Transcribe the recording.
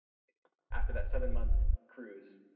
after that seven month cruise.